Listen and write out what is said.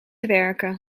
werken